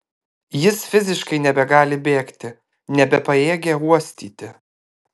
jis fiziškai nebegali bėgti nebepajėgia uostyti